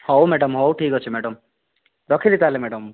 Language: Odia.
ହେଉ ମ୍ୟାଡ଼ାମ ହେଉ ଠିକ ଅଛି ମ୍ୟାଡ଼ାମ ରଖିଲି ତା'ହେଲେ ମ୍ୟାଡ଼ାମ